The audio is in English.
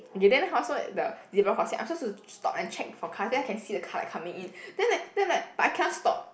okay then hor so the zebra crossing I'm supposed to stop and check for cars then I can see the car like coming in then like then like but I cannot stop